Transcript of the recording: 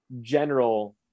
general